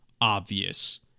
obvious